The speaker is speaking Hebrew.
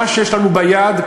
מה שיש לנו ביד,